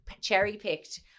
cherry-picked